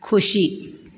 खुशी